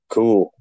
cool